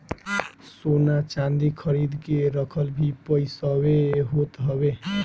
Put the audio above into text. सोना चांदी खरीद के रखल भी पईसवे होत हवे